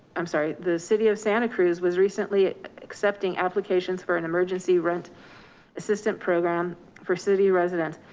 i'm sorry. the city of santa cruz was recently accepting applications for an emergency rent assistance program for city residents,